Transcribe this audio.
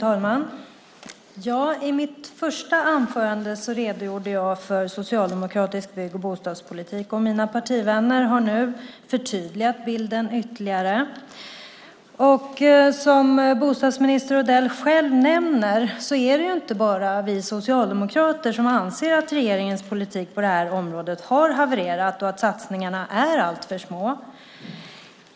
Fru talman! I mitt första anförande redogjorde jag för socialdemokratisk bygg och bostadspolitik. Mina partivänner har nu förtydligat bilden ytterligare. Som bostadsminister Odell själv nämner är det inte bara vi socialdemokrater som anser att regeringens politik på det här området har havererat och att satsningarna är alltför små.